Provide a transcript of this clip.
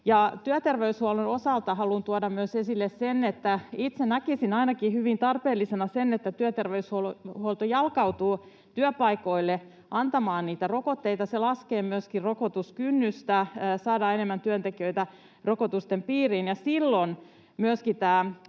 Työterveyshuollon osalta haluan tuoda esille myös sen, että ainakin itse näkisin hyvin tarpeellisena sen, että työterveyshuolto jalkautuu työpaikoille antamaan niitä rokotteita. Se laskee myöskin rokotuskynnystä, saadaan enemmän työntekijöitä rokotusten piiriin, ja silloin myöskin